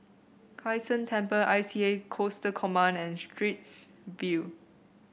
Kai San Temple I C A Coastal Command and Straits View